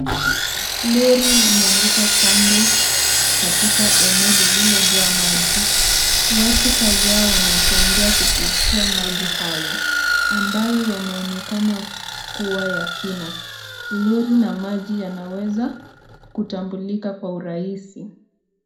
Lori limeanguka kando katika eneo lililojaa maji. Watu kadhaa wanatembea kupitia maji hayo ambayo yanaonekana kuwa ya kina. Lori na maji yanaweza kutambulika kwa urahisi.